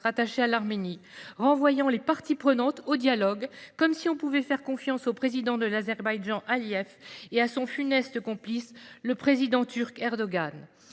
rattachée à l’Arménie. Elle a renvoyé les parties prenantes au dialogue, comme si l’on pouvait faire confiance au président de l’Azerbaïdjan, Aliyev et à son funeste complice, le président turc Erdogan